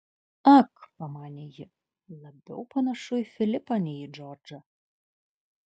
ak pamanė ji labiau panašu į filipą nei į džordžą